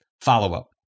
Follow-up